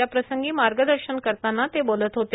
त्याप्रसंगी मार्गदर्शन करताना ते बोलत होते